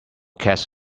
cats